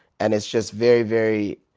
and it's just very, very